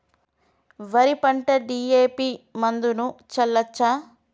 వరి పంట డి.ఎ.పి మందును చల్లచ్చా?